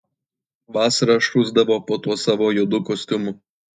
vasarą šusdavo po tuo savo juodu kostiumu